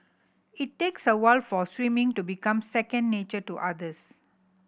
it takes a while for swimming to become second nature to otters